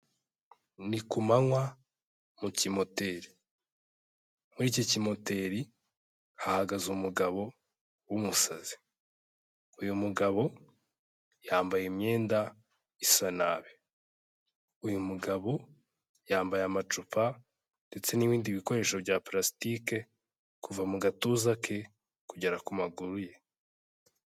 Ni ku manywa mu kimoteri. Muri iki kimoteri hahagaze umugabo w'umusazi, uyu mugabo yambaye imyenda isa nabi. Uyu mugabo yambaye amacupa ndetse n'ibindi bikoresho bya purasitike kuva mu gatuza ke kugera ku maguru ye.